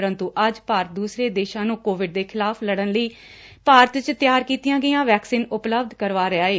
ਪਰੰਤੁ ਅੱਜ ਭਾਰਤ ਦੁਸਰੋ ਦੇਸ਼ਾਂ ਨੂੰ ਕੋਵਿਡਂ ਦੇ ਖਿਲਾਫ਼ ਲਤਨ ਲਈ ਭਾਰਤ ਚ ਤਿਆਰ ਕੀਤੀਆਂ ਗਈਆਂ ਵੈਕਸੀਨ ਉਪਲੱਬਧ ਕਰਵਾ ਰਿਹਾ ਏ